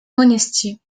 monestier